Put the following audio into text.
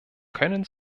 können